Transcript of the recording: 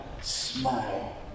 smile